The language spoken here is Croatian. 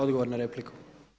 Odgovor na repliku.